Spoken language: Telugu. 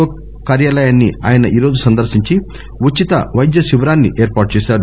ఓ కార్యాలయాన్ని ఆయన ఈరోజు సందర్శించి ఉచిత వైద్య శిబిరాన్సి ఏర్పాటు చేశారు